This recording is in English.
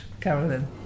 carolyn